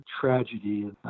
tragedy